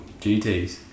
GTs